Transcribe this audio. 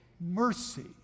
mercy